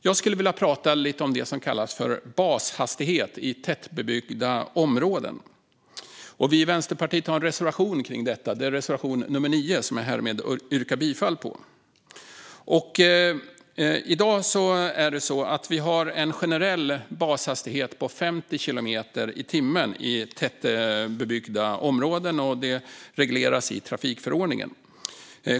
Jag ska prata lite om det som kallas bashastighet i tätbebyggda områden. Vi i Vänsterpartiet har en reservation om detta, reservation 9, som jag härmed yrkar bifall till. I dag har vi en generell bashastighet på 50 kilometer i timmen i tätbebyggda områden, vilket regleras i trafikförordningen.